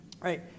right